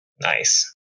Nice